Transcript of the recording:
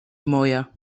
moja